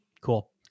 Cool